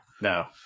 No